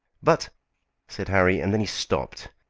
but said harry, and then he stopped.